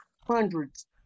hundreds